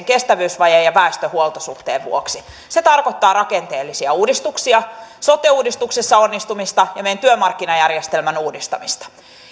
kestävyysvajeen ja väestön huoltosuhteen vuoksi se tarkoittaa rakenteellisia uudistuksia sote uudistuksessa onnistumista ja meidän työmarkkinajärjestelmän uudistamista